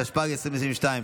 התשפ"ג 2022,